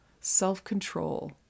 Self-control